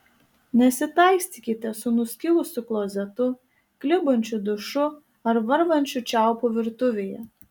nesitaikstykite su nuskilusiu klozetu klibančiu dušu ar varvančiu čiaupu virtuvėje